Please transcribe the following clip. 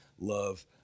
love